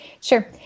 Sure